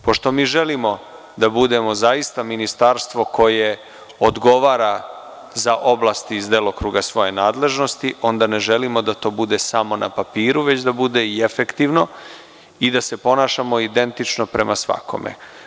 Pošto mi želimo da budemo zaista Ministarstvo koje odgovara za oblasti iz delokruga svoje nadležnosti, onda ne želimo da to bude samo na papiru, već da bude i efektivno i da se ponašamo identično prema svakome.